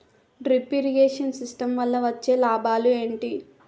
Drip irrigation system వల్ల వచ్చే లాభాలు ఏంటి?